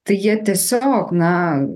tai jie tiesiog na